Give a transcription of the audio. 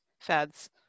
fads